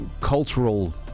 cultural